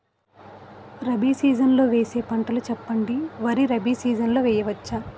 Rabi season లో వేసే పంటలు చెప్పండి? వరి రబీ సీజన్ లో వేయ వచ్చా?